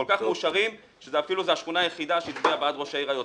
כל כך מאושרים שזו השכונה היחידה שהצביעה בעד ראש העיר היוצא,